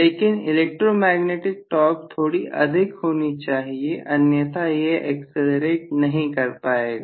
लेकिन electromagnetic torque थोड़ी अधिक होनी चाहिए अन्यथा यह एक्सलरेट नहीं कर पाएगा